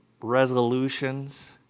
resolutions